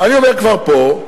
אני כבר אומר פה: